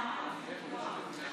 אנחנו